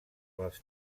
les